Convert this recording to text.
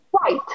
Right